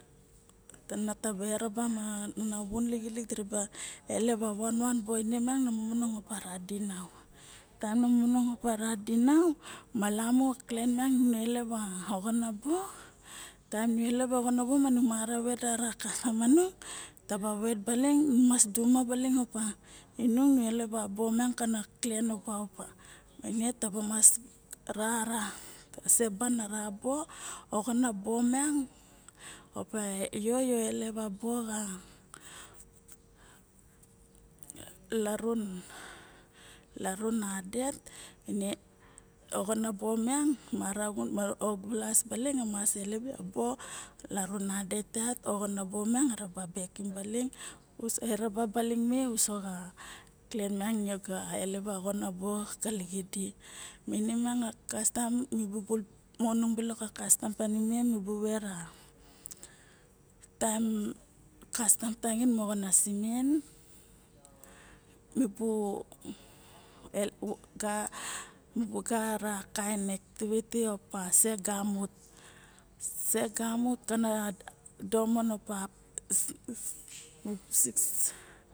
Na vun lixilik diraba elep a vanvan boen mang nataba opa ara dinao taem nu momongong opa ra dinao, malamu clen miang nu elep a oxona bo, taem nu elep a oxona bo manu mara vet ara kastam tanung taba vet baling nung mas duxuma pa nung nu elep a bo miang kana clen opa opa, ma ine taba mas rara ka seban ara bo miang opa ya elep a bo ya larun adet me oxona bo miang mara oxulas baling emas xun a bo a larun adet yat oxona bi miang eraba bekim baling uso eraba baling me xa clen miang ga elep a oxona bo xalixidi maine miang kastam nubu mononong bulor ka kastem tanimem vera taem kastam panimem moxana simen mibu garana activity7 opa se gamut kana domon opa